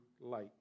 light